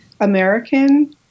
American